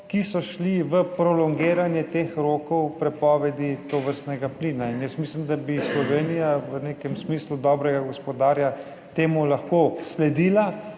ki sta šli v prolongiranje teh rokov prepovedi tovrstnega plina. Jaz mislim, da bi Slovenija v nekem smislu dobrega gospodarja temu lahko sledila